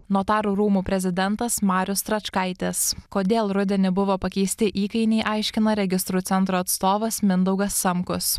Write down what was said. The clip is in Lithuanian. notarų rūmų prezidentas marius stračkaitis kodėl rudenį buvo pakeisti įkainiai aiškina registrų centro atstovas mindaugas samkus